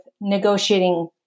negotiating